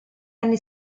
anni